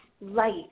light